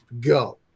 go